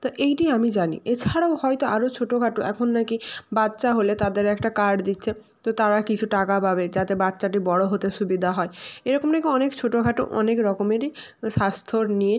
তা এইটিই আমি জানি এছাড়াও হয়তো আরো ছোটখাটো এখন নাকি বাচ্চা হলে তাদের একটা কার্ড দিচ্ছে তো তারা কিছু টাকা পাবে যাতে বাচ্চাটি বড় হতে সুবিধা হয় এরকম নাকি অনেক ছোটখাটো অনেক রকমেরই স্বাস্থ্য নিয়ে